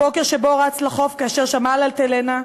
הבוקר שבו רץ לחוף כאשר שמע על "אלטלנה"